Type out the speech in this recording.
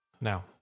Now